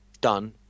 done